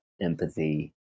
empathy